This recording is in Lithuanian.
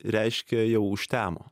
reiškia jau užtemo